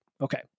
Okay